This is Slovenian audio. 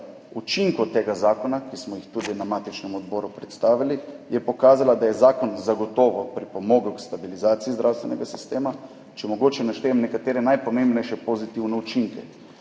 učinkov tega zakona, ki smo jih tudi na matičnem odboru predstavili, je pokazala, da je zakon zagotovo pripomogel k stabilizaciji zdravstvenega sistema. Če mogoče naštejem nekatere najpomembnejše pozitivne učinke.